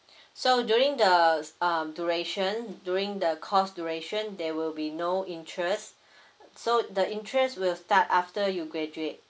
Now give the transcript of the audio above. so during the s~ um duration during the course duration there will be no interest so the interest will start after you graduate